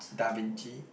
Da-Vinci